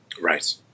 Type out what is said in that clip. Right